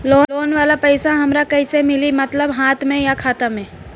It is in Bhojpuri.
लोन वाला पैसा हमरा कइसे मिली मतलब हाथ में या खाता में?